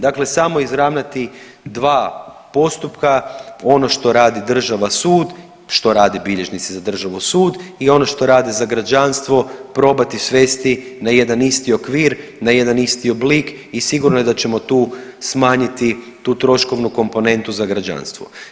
Dakle samo izravnati dva postupka, ono što radi država, sud, što rade bilježnici za državu, sud, i ono što rade za građanstvo probati svesti na jedan isti okvir, na jedan isti oblik i sigurno da ćemo tu smanjiti tu troškovnu komponentu za građanstvo.